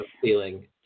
feeling